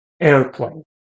Airplane